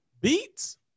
Beats